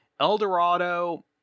Eldorado